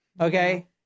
Okay